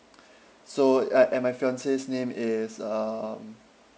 so a~ and my fiancee's name is um